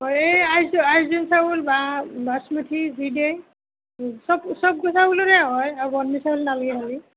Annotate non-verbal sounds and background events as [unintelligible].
অঁ এই আইজোং আইজোং চাউল বা বাচমতি যি দিয়ে চব চব চাউলৰে হয় আগৰ [unintelligible] চাউল নালাগে [unintelligible]